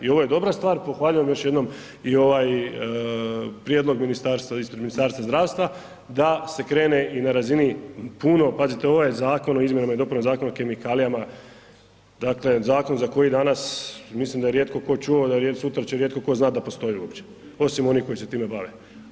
I ovo je dobra stvar, pohvaljujem još jednom i ovaj prijedlog ministarstva, ispred Ministarstva zdravstva da se krene i na razini puno, pazite ovaj je Zakon o izmjenama i dopunama Zakona o kemikalijama, dakle zakon za koji danas mislim da je rijetko tko čuo, da sutra će rijetko tko znati da postoji uopće osim onih koji se time bave.